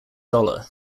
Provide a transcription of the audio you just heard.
dollar